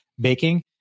baking